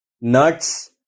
nuts